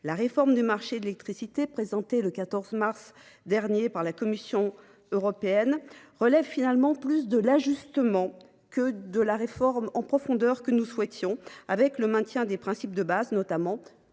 La réforme du marché de l’électricité présentée le 14 mars dernier par la Commission européenne relève finalement plus de l’ajustement que du changement en profondeur que nous souhaitions. Elle maintient les grands principes en vigueur, notamment